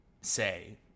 say